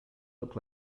look